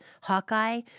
Hawkeye